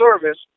Service